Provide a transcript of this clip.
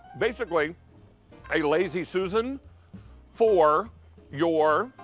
basically a lazy susan for your